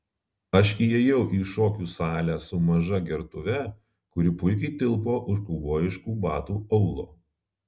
aš įėjau į šokių salę su maža gertuve kuri puikiai tilpo už kaubojiškų batų aulo